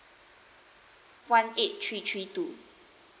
one eight three three two